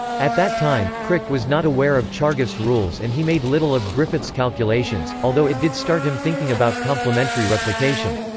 at that time, crick was not aware of chargaff's rules and he made little of griffith's calculations, although it did start him thinking about complementary replication.